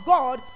God